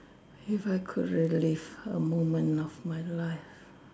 if I could relive a moment of my life